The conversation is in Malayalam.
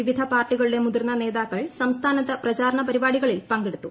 വിവ്ധ്യ പാർട്ടികളുടെ മുതിർന്ന നേതാക്കൾ സംസ്ഥാനത്ത് പ്രചാരണ് പരിപാടികളിൽ പങ്കെടുത്തു